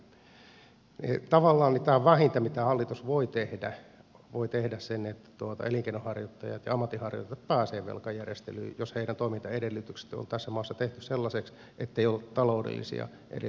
tavallaan tämä on vähintä mitä hallitus voi tehdä että elinkeinonharjoittajat ja ammatinharjoittajat pääsevät velkajärjestelyyn jos heidän toimintaedellytyksensä on tässä maassa tehty sellaisiksi ettei ole taloudellisia edellytyksiä yrittää